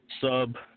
sub